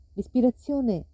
L'ispirazione